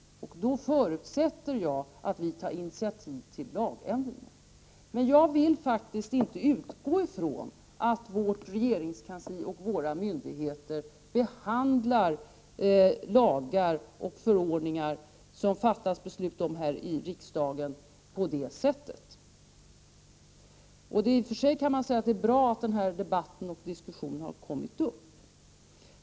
Och då förutsätter jag att vi tar initiativ till lagändringar. Men jag vill faktiskt inte utgå från att vårt regeringskansli och våra myndigheter behandlar lagar och förordningar som vi har fattat beslut om här i riksdagen på det sättet. Av den anledningen kan man i och för sig säga att det är bra att denna diskussion har kommit upp.